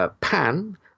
Pan